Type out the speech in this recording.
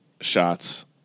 Shots